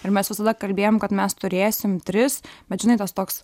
ir mes visada kalbėjom kad mes turėsim tris bet žinai tas toks